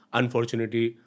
unfortunately